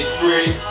free